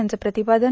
यांचं प्रतिपादन